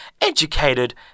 educated